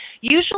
Usually